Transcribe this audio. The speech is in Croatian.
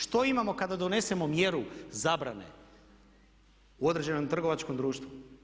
Što imamo kada donesemo mjeru zabrane u određenom trgovačkom društvu?